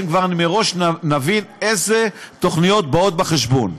כבר מראש נבין אילו תוכניות באות בחשבון.